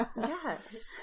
Yes